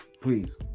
Please